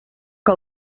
que